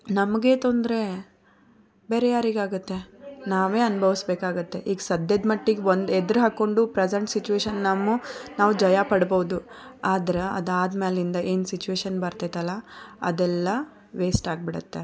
ನಮಗೆ ತೊಂದರೆ ಬೇರೆ ಯಾರಿಗೆ ಆಗುತ್ತೆ ನಾವೇ ಅನುಭವಿಸ್ಬೇಕಾಗುತ್ತೆ ಈಗ ಸದ್ಯದ ಮಟ್ಟಿಗೆ ಒಂದು ಎದ್ರು ಹಾಕ್ಕೊಂಡು ಪ್ರೆಝೆಂಟ್ ಸಿಚುವೇಶನ್ ನಮ್ಮ ನಾವು ಜಯ ಪಡ್ಬೋದು ಆದ್ರೆ ಅದು ಆದ್ಮೇಲಿಂದ ಏನು ಸಿಚುವೇಶನ್ ಬರ್ತೈತಲ್ಲ ಅದೆಲ್ಲ ವೇಸ್ಟ್ ಆಗಿ ಬಿಡುತ್ತೆ